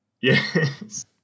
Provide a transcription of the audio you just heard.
Yes